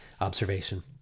observation